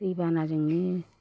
दैबानाजोंनो